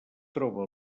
troba